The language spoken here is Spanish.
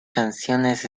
canciones